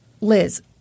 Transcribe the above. Liz